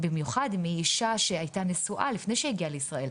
במיוחד לאישה שהייתה נשואה לפני שהגיעה לישראל,